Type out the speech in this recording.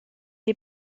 est